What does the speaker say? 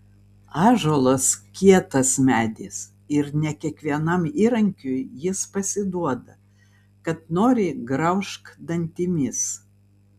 ąžuolas kietas medis ir ne kiekvienam įrankiui jis pasiduoda kad nori graužk dantimis